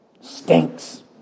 Stinks